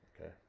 Okay